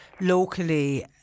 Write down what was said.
locally